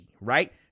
right